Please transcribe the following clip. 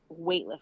weightlifting